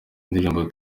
ndirimbo